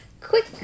quick